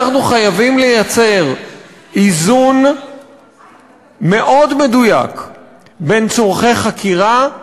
אנחנו חייבים לייצר איזון מאוד מדויק בין צורכי חקירה,